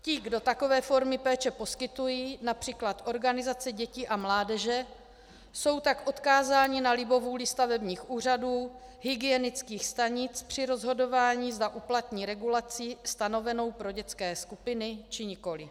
Ti, kdo takové formy péče poskytují, například organizace dětí a mládeže, jsou tak odkázáni na libovůli stavebních úřadů, hygienických stanic při rozhodování, zda uplatní regulaci stanovenou pro dětské skupiny, či nikoliv.